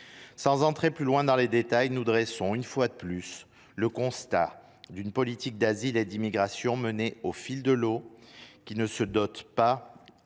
Sans entrer davantage dans le détail, nous dressons une fois de plus le constat d’une politique d’asile et d’immigration menée au fil de l’eau, qui ne se dote pas